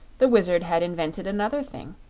the wizard had invented another thing.